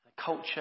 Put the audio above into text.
Culture